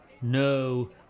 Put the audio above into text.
No